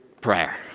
prayer